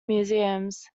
museums